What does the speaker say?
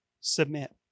submit